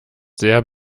sehr